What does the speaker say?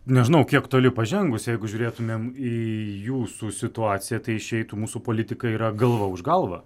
nežinau kiek toli pažengus jeigu žiūrėtumėm į jūsų situaciją tai išeitų mūsų politikai yra galva už galvą